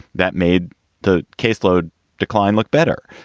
that made the caseload decline look better.